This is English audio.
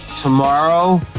tomorrow